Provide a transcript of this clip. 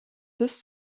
bis